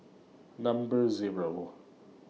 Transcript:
Number Zero